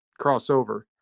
crossover